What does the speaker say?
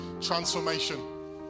transformation